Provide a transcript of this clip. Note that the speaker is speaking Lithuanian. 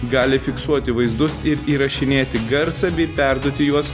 gali fiksuoti vaizdus ir įrašinėti garsą bei perduoti juos